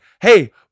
hey